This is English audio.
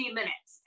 minutes